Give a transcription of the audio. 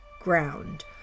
ground